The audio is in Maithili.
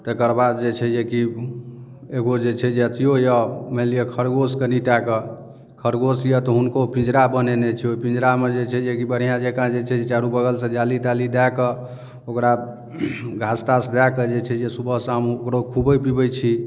तकरबाद जे छै जेकी एगो जे छै जे अथियो यऽ मानिलिअ खरगोश कनिटा कऽ खरगोश यऽ तऽ हुनको पिजरा बनेने छी ओइ पिजरामे जे छै जेकी बढ़िआँ जकाँ जे छै चारु बगलसँ जाली ताली दए कऽ ओकरा घास तास दए कऽ जे छै जे सुबह शाम ओकरो खुबै पिबै छी